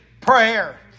prayer